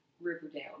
Riverdale